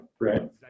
right